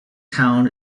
town